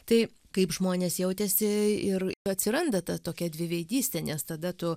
tai kaip žmonės jautėsi ir atsiranda ta tokia dviveidystė nes tada tu